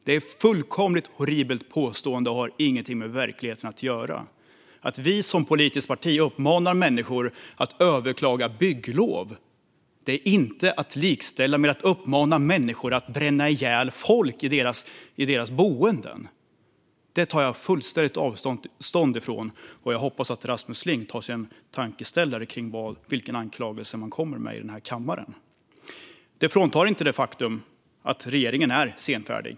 Detta är ett fullkomligt horribelt påstående som inte har något med verkligheten att göra. Att vi som politiskt parti uppmanar människor att överklaga bygglov är inte att likställa med att uppmana människor att bränna ihjäl folk i deras boenden. Detta tar jag fullständigt avstånd från, och jag hoppas att Rasmus Ling tar sig en fundering kring den anklagelse han kommer med i denna kammare. Detta undanröjer inte det faktum att regeringen är senfärdig.